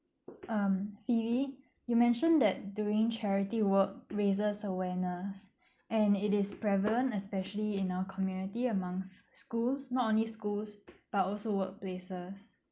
um phoebe you mentioned that doing charity work raises awareness and it is prevalent especially in our community amongst schools not only schools but also workplaces